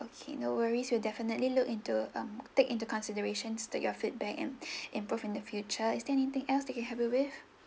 okay no worries we'll definitely look into um take into considerations to your feedback and improve in the future is there anything else that I can help you with